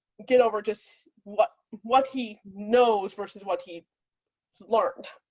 get over just what what he knows versus what he learned